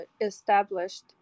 established